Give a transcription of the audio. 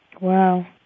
Wow